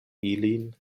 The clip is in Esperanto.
ilin